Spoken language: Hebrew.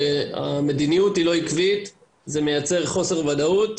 כשהמדיניות היא לא עקבית זה מייצר חוסר ודאות,